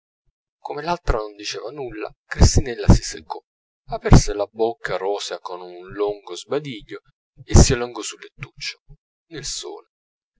come l'altra non diceva nulla cristinella si seccò aperse la bocca rosea con un lungo sbadiglio e si allungò sul lettuccio nel sole